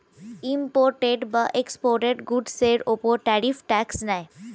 imported বা exported গুডসের উপর ট্যারিফ ট্যাক্স নেয়